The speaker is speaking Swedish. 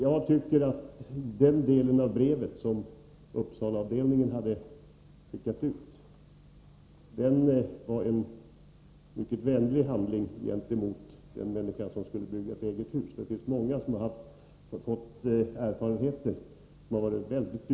Jag tycker att det brev som Uppsalaavdelningen hade skickat ut i denna del innebar en mycket vänlig handling gentemot en människa som skulle bygga ett eget hus, för det finns många som har gjort dyrköpta erfarenheter.